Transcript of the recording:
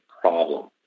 problem